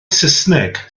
saesneg